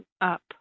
up